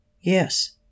Yes